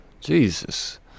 Jesus